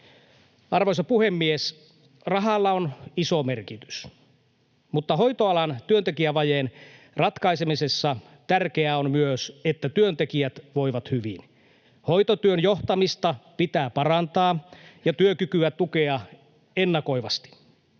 Arvoisa puhemies! Rahalla on iso merkitys, mutta hoitoalan työntekijävajeen ratkaisemisessa tärkeää on myös, että työntekijät voivat hyvin. Hoitotyön johtamista pitää parantaa ja työkykyä tukea ennakoivasti.